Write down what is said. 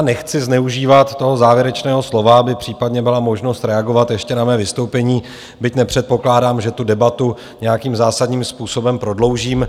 Nechci zneužívat toho závěrečného slova, aby případně byla možnost reagovat ještě na mé vystoupení, byť nepředpokládám, že debatu nějakým zásadním způsobem prodloužím.